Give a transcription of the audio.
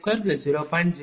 0112120